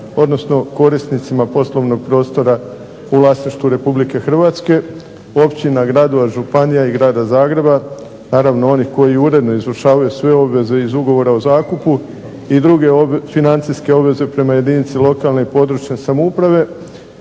odnosno korisnicima poslovnog prostora u vlasništvu Republike Hrvatske, općina, gradova, županija i Grada Zagreba. Naravno onih koji uredno izvršavaju sve obveze iz ugovora o zakupu i druge financijske obveze prema jedinici lokalne i područne samouprave